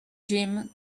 gym